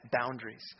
boundaries